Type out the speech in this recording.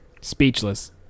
Speechless